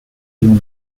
due